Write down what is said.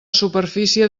superfície